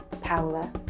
paula